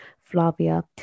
Flavia